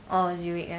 orh zurich ah